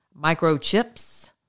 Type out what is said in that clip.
microchips